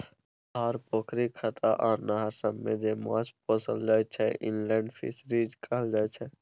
धार, पोखरि, खत्ता आ नहर सबमे जे माछ पोसल जाइ छै इनलेंड फीसरीज कहाय छै